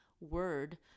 word